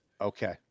Okay